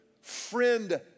friend